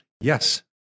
Yes